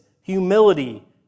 humility